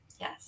Yes